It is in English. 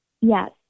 Yes